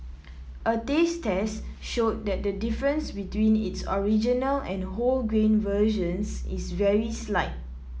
a taste test showed that the difference between its original and wholegrain versions is very slight